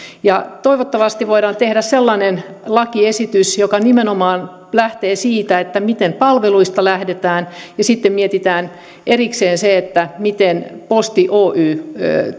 toivottavasti voidaan tehdä sellainen lakiesitys joka nimenomaan lähtee siitä miten palveluista lähdetään ja sitten mietitään erikseen se miten posti oy